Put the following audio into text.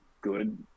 good